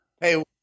hey